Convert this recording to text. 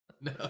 no